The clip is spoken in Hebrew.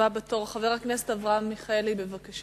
הבא בתור, חבר הכנסת אברהם מיכאלי, בבקשה.